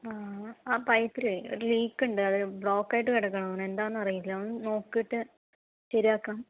ആ ആ പൈപ്പിൽ ഒരു ലീക്കുണ്ട് അത് ബ്ലോക്കായിട്ട് കിടക്കുകയാണെന്നു തോന്നുന്നു എന്താണെന്നറിയില്ല ഒന്നു നോക്കിയിട്ട് ശരിയാക്കാം